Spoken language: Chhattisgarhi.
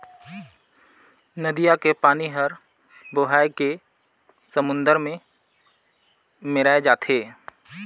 नदिया के पानी हर बोहाए के समुन्दर में मेराय जाथे